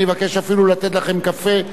אני אבקש אפילו לתת לכם קפה,